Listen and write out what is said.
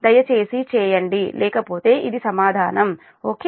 దయచేసి చేయండి లేకపోతే ఇది సమాధానం ఓకే